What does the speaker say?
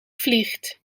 vliegt